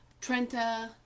trenta